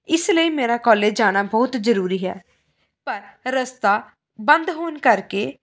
ਇਸ ਲਈ ਮੇਰਾ ਕੋਲੇਜ ਜਾਣਾ ਬਹੁਤ ਜ਼ਰੂਰੀ ਹੈ ਪਰ ਰਸਤਾ ਬੰਦ ਹੋਣ ਕਰਕੇ